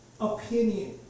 opinion